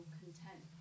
content